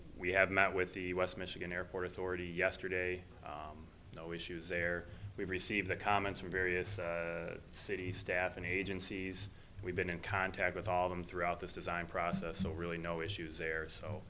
we have met with the west michigan airport authority yesterday no issues there we've received the comments from various city staff and agencies we've been in contact with all of them throughout this design process so really no issues there so